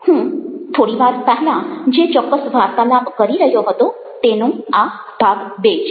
હું થોડીવાર પહેલાં જે ચોક્કસ વાર્તાલાપ કરી રહ્યો હતો તેનો આ ભાગ ૨ છે